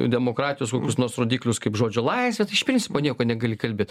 demokratijos kokius nors rodiklius kaip žodžio laisvė tai iš principo nieko negali kalbėt